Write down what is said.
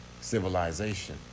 civilization